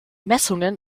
messungen